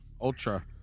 Ultra